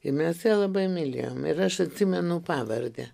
ir mes ją labai mylėjom ir aš atsimenu pavardę